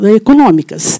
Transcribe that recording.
econômicas